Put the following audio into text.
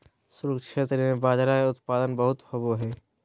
शुष्क क्षेत्र में बाजरा के उत्पादन बहुत होवो हय